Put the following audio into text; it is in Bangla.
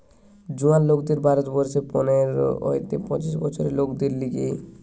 জোয়ান লোকদের ভারত বর্ষে পনের হইতে পঁচিশ বছরের লোকদের লিগে